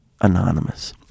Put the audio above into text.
anonymous